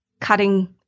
cutting